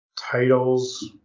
Titles